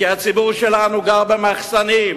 כי הציבור שלנו גר במחסנים,